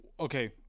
Okay